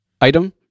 item